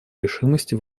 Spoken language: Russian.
решимости